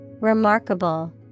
Remarkable